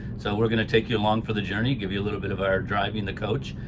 so we're gonna take you along for the journey, give you a little bit of our driving the coach.